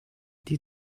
die